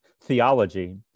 theology